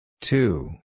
Two